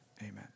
Amen